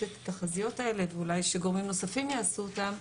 את התחזיות האלה ואולי שגורמים נוספים יעשו אותן,